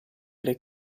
del